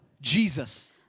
Jesus